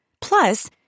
Plus